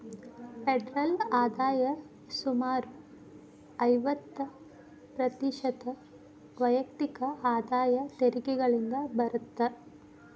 federal ಆದಾಯ ಸುಮಾರು ಐವತ್ತ ಪ್ರತಿಶತ ವೈಯಕ್ತಿಕ ಆದಾಯ ತೆರಿಗೆಗಳಿಂದ ಬರತ್ತ